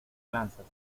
lanzas